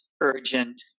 urgent